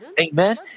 Amen